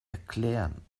erklären